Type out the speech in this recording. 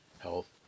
health